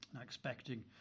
Expecting